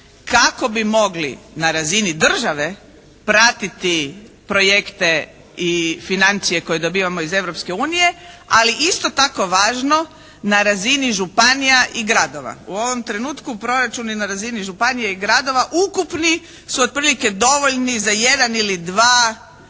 kako bi mogli na razini države pratiti projekte i financije koje dobivamo iz Europske unije, ali isto tako važno na razini županija i gradova. U ovom trenutku proračuni na razini županija i gradova ukupni su otprilike dovoljni za jedan ili dva